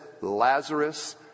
Lazarus